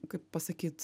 kaip pasakyt